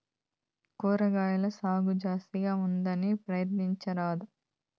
కూరగాయల సాగు జాస్తిగా ఉంటుందన్నా, ప్రయత్నించరాదూ